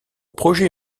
projet